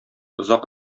озак